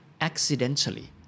accidentally